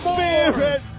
Spirit